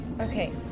okay